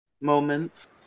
moments